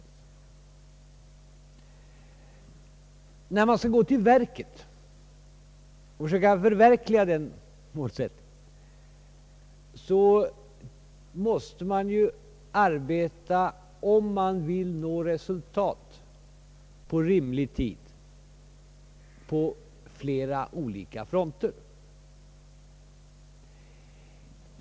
När man försöker förverkliga den målsättningen måste man arbeta på flera olika fronter, om man vill nå resultat inom rimlig tid.